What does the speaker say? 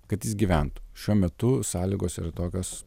kad jis gyventų šiuo metu sąlygos yra tokios